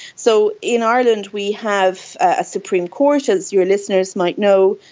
so in ireland we have a supreme court, as your listeners might know,